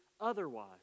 otherwise